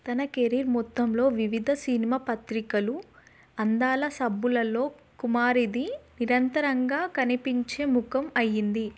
తన కెరీర్ మొత్తంలో వివిధ సినిమా పత్రికలు అందాల సబ్బులలో కుమారిది నిరంతరంగా కనిపించే ముఖం అయ్యింది